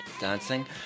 dancing